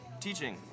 teaching